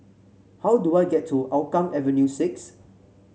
how do I get to Hougang Avenue six